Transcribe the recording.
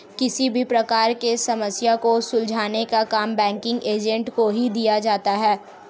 किसी भी प्रकार की समस्या को सुलझाने का काम बैंकिंग एजेंट को ही दिया जाता है